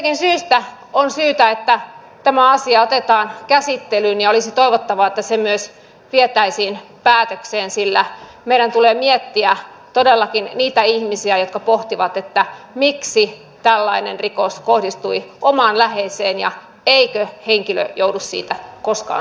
siitäkin syystä on syytä että tämä asia otetaan käsittelyyn ja olisi toivottavaa että se myös vietäisiin päätökseen sillä meidän tulee miettiä todellakin niitä ihmisiä jotka pohtivat miksi tällainen rikos kohdistui omaan läheiseen ja eikö henkilö joudu siitä koskaan syytteeseen